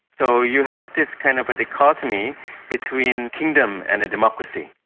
so you have this kind of a dichotomy between kingdom and democracy.